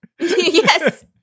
Yes